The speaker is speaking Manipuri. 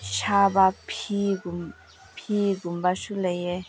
ꯁꯥꯕ ꯐꯤꯒꯨꯝꯕ ꯂꯩ